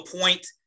Point